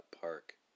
Park